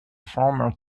former